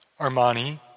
Armani